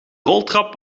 roltrap